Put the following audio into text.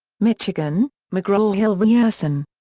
michigan mcgraw-hill ryerson.